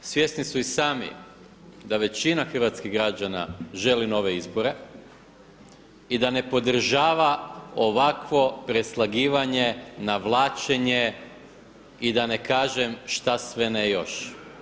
Svjesni su i sami da većina hrvatskih građana želi nove izbore i da ne podržava ovakvo preslagivanje, navlačenje i da ne kažem šta sve ne još.